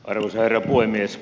arvoisa herra puhemies